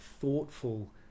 thoughtful